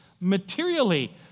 materially